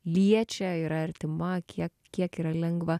liečia yra artima kiek kiek yra lengva